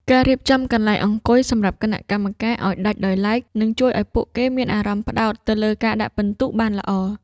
ការរៀបចំកន្លែងអង្គុយសម្រាប់គណៈកម្មការឱ្យដាច់ដោយឡែក នឹងជួយឱ្យពួកគេមានអារម្មណ៍ផ្ដោតទៅលើការដាក់ពិន្ទុបានល្អ។